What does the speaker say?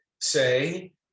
say